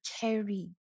carry